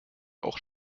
auch